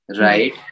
right